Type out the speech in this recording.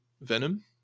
Venom